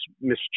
mischievous